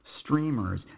streamers